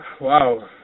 Wow